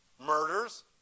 murders